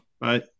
Bye